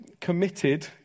committed